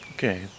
Okay